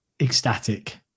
ecstatic